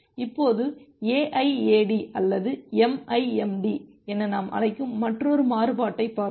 இப்போது AIAD அல்லது MIMD என நாம் அழைக்கும் மற்றொரு மாறுபாட்டைப் பார்ப்போம்